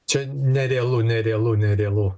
čia nerealu nerealu nerealu